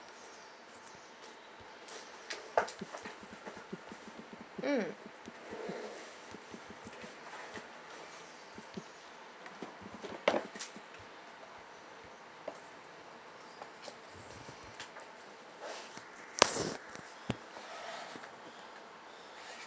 mm